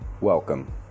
welcome